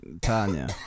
Tanya